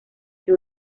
que